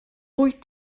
wyt